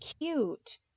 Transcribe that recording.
cute